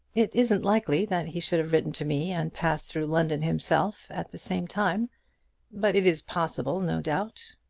it isn't likely that he should have written to me, and passed through london himself, at the same time but it is possible, no doubt.